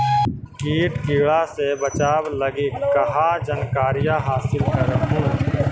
किट किड़ा से बचाब लगी कहा जानकारीया हासिल कर हू?